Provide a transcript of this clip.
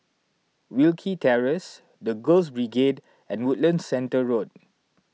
Wilkie Terrace the Girls Brigade and Woodlands Centre Road